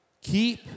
Keep